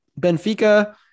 Benfica